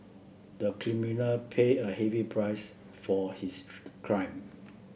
the criminal paid a heavy price for his crime